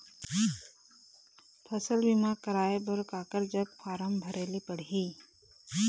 फसल बीमा कराए बर काकर जग फारम भरेले पड़ही?